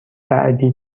بعدی